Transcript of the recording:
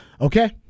Okay